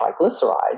triglycerides